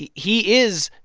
he he is,